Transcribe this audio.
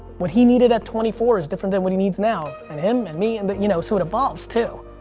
what he needed at twenty four is different than what he needs now. and him, and me, and but you know, so it evolves, too.